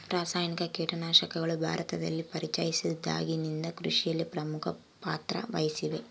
ರಾಸಾಯನಿಕ ಕೇಟನಾಶಕಗಳು ಭಾರತದಲ್ಲಿ ಪರಿಚಯಿಸಿದಾಗಿನಿಂದ ಕೃಷಿಯಲ್ಲಿ ಪ್ರಮುಖ ಪಾತ್ರ ವಹಿಸಿವೆ